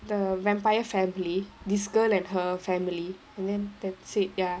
the vampire family this girl and her family and then that's it ya